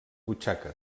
butxaca